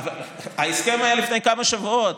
אבל ההסכם היה לפני כמה שבועות.